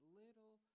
little